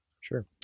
Sure